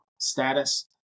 status